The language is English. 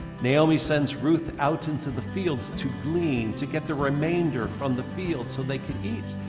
naomi sends ruth out into the fields to glean to get the remainder from the field so they can eat.